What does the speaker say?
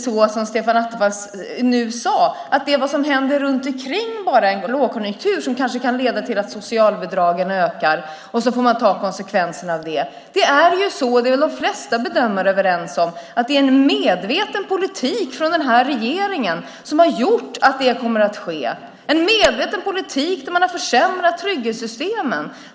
Stefan Attefall sade att det är det som händer runt omkring en lågkonjunktur som gör att socialbidragskostnaderna ökar och att man får ta konsekvenserna av det. Så är det inte. De flesta bedömare är överens om att det är en medveten politik från regeringen som har gjort att det kommer att ske. Det är en medveten politik där man har försämrat trygghetssystemen.